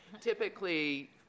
typically